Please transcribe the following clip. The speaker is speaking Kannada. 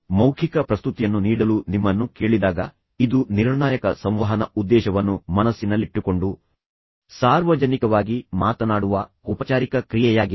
ಮೌಖಿಕ ಪ್ರಸ್ತುತಿಯನ್ನು ನೀಡಲು ನಿಮ್ಮನ್ನು ಕೇಳಿದಾಗ ಇದು ನಿರ್ಣಾಯಕ ಸಂವಹನ ಉದ್ದೇಶವನ್ನು ಮನಸ್ಸಿನಲ್ಲಿಟ್ಟುಕೊಂಡು ಸಾರ್ವಜನಿಕವಾಗಿ ಮಾತನಾಡುವ ಔಪಚಾರಿಕ ಕ್ರಿಯೆಯಾಗಿದೆ